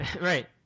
Right